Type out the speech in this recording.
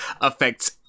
affects